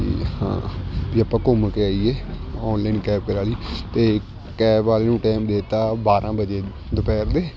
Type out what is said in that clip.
ਵੀ ਹਾਂ ਵੀ ਆਪਾਂ ਘੁੰਮ ਕੇ ਆਈਏ ਔਨਲਾਈਨ ਕੈਬ ਕਰਾ ਲਈ ਅਤੇ ਕੈਬ ਵਾਲੇ ਨੂੰ ਟਾਈਮ ਦੇ ਦਿੱਤਾ ਬਾਰਾਂ ਵਜੇ ਦੁਪਹਿਰ ਦੇ